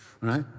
right